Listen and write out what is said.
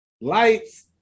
lights